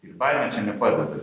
ir baimė čia nepadeda